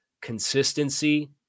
consistency